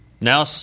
Now